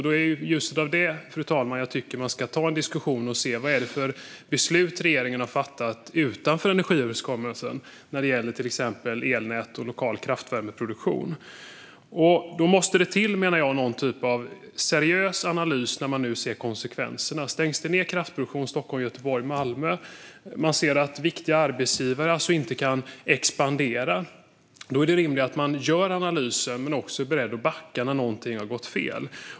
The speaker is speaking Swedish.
Det är av den anledningen jag tycker att man ska ta en diskussion och se vilka beslut regeringen har fattat utanför energiöverenskommelsen när det gäller till exempel elnät och lokal kraftvärmeproduktion. Då måste det till en form av seriös analys när man ser konsekvenserna. Om det stängs ned kraftproduktion i Stockholm, Göteborg och Malmö, så att viktiga arbetsgivare inte kan expandera, är det rimligt att man gör analysen och är beredd att backa när något har gått fel.